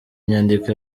nyandiko